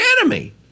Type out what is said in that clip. enemy